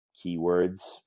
keywords